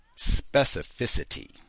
Specificity